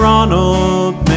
Ronald